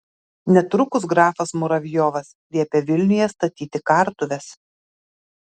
netrukus grafas muravjovas liepė vilniuje statyti kartuves